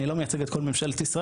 אני לא מייצג את כל ממשלת ישראל,